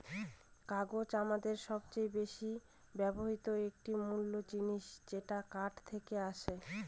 কাগজ আমাদের সবচেয়ে বেশি ব্যবহৃত একটি মূল জিনিস যেটা কাঠ থেকে আসে